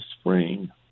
spring